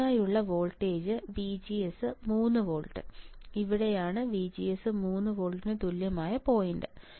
അതിനാൽ ഇതിനായുള്ള voltage VGS3 volt ഇവിടെയാണ് വിജിഎസ് 3 വോൾട്ടിന് തുല്യമായ പോയിൻറ്